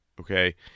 okay